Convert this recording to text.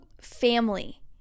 family